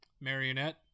marionette